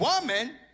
woman